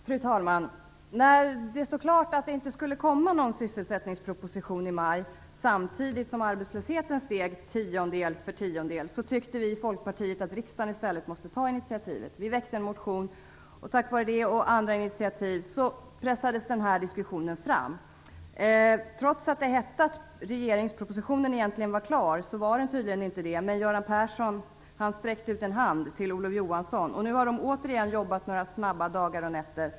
Fru talman! När det stod klart att det inte skulle komma någon sysselsättningsproposition i maj samtidigt som arbetslösheten steg tiondel för tiondel tyckte vi i Folkpartiet att riksdagen i stället måste ta initiativet. Vi väckte en motion. Tack vare det och andra initiativ pressades den här diskussionen fram. Trots att det sades att regeringspropositionen egentligen var klar var den tydligen inte det. Men Göran Persson sträckte ut en hand till Olof Johansson. Nu har de återigen jobbat snabbt några dagar och nätter.